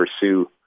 pursue